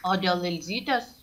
o dėl elzytės